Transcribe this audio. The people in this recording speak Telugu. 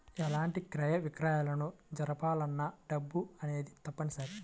ఎలాంటి క్రయ విక్రయాలను జరపాలన్నా డబ్బు అనేది తప్పనిసరి